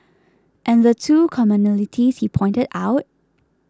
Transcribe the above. and the two commonalities he pointed out